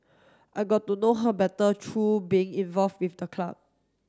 I got to know her better through being involve with the club